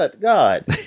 God